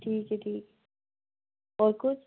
ठीक है ठीक और कुछ